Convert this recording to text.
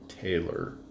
Taylor